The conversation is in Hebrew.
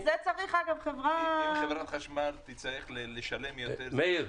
אם חברת חשמל תצטרך לשלם יותר --- מאיר,